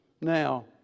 Now